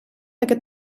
aquest